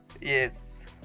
yes